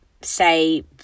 say